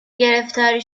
گرفتاری